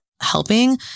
helping